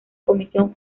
comisión